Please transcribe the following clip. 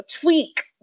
tweak